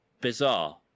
bizarre